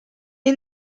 est